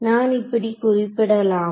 நான் இப்படி குறிப்பிடலாமா